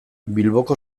bilboko